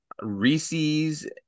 Reese's